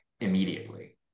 immediately